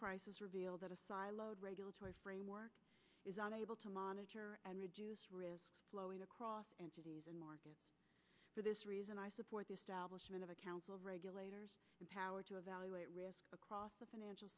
crisis reveals that a siloed regulatory framework is unable to monitor and reduce risk flowing across entities and market for this reason i support the establishment of a council regulator empowered to evaluate risk across the financial